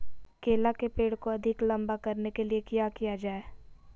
केला के पेड़ को अधिक लंबा करने के लिए किया किया जाए?